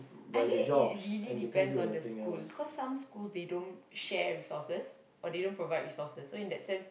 I think it it really depends on the school cause some schools they don't share resources or they don't provide resources so in that sense